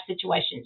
situations